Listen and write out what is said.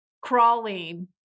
crawling